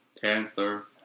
Panther